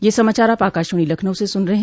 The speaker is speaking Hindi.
ब्रे क यह समाचार आप आकाशवाणी लखनऊ से सुन रहे हैं